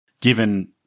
given